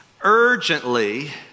urgently